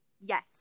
Yes